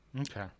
Okay